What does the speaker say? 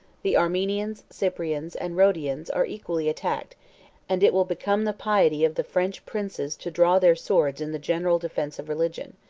the armenians, cyprians, and rhodians, are equally attacked and it will become the piety of the french princes to draw their swords in the general defence of religion.